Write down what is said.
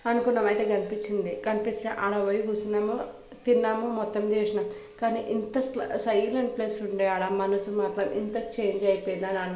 అనుకున్నాం అయితే కనిపించింది కనిపిస్తే ఆడకుపోయి కూసున్నాము తిన్నాము మొత్తం చేసినం కానీ ఇంత సై సైలెంట్ ప్లేస్ ఉండే ఆడ మనసు ఇంత చేంజ్ అయిపోయిందా అనుకోలేదు